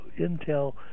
Intel